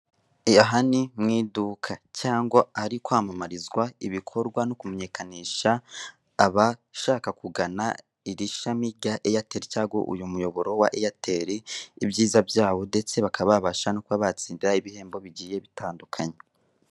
Aha ni mu iduka cyangwa ahari kwamamarizwa ibikorwa no kumenyekanisha, abashaka kugana iri shami rya eyateli cyangwa uyu muyoboro wa eyateli ibyiza byawo, ndetse bakaba babasha no kuba batsindira ibihembo bigiye bitandukanye.